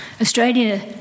Australia